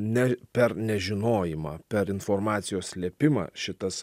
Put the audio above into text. ne per nežinojimą per informacijos slėpimą šitas